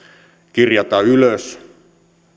kirjata ylös